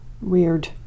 Weird